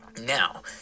now